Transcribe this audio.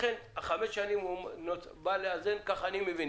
לכן החמש שנים בא לאזן כך אני מבין.